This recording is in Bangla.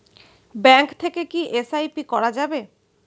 ব্যাঙ্ক থেকে কী এস.আই.পি করা যাবে?